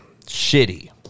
Shitty